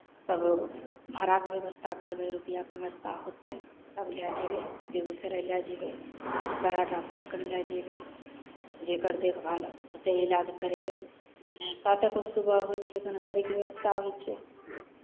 तब भाड़ाके व्यवस्था करबै रुपैआके व्यवस्था होतै तब लए जयबै बेगूसारय लए जयबै बड़ा डॉक्टर कन लए जयबै जकर देखभाल होतै इलाज करयबै ता तक सुबह होइ छै कोनो गाड़ीके व्यवस्था होइ छै